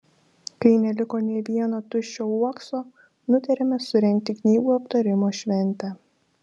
kai neliko nė vieno tuščio uokso nutarėme surengti knygų aptarimo šventę